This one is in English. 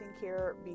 care